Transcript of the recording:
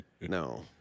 No